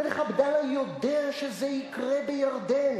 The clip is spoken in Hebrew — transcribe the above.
המלך עבדאללה יודע שזה יקרה בירדן.